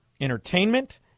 Entertainment